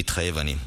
"מתחייב אני".